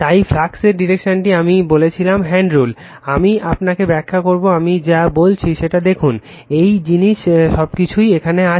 তাই ফ্লাক্সের ডিরেকশনটি আমি বলেছিলাম হ্যান্ড রুল আমি আপনাকে ব্যাখ্যা করব আমি যা বলেছি সেটা দেখুন একই জিনিস সবকিছুই এখানে আছে